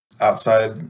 outside